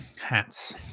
hats